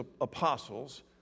apostles